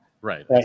Right